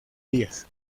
días